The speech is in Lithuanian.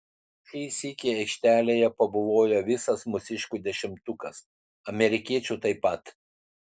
šį sykį aikštelėje pabuvojo visas mūsiškių dešimtukas amerikiečių taip pat